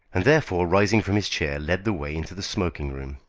and, therefore, rising from his chair, led the way into the smoking-room.